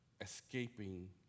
escaping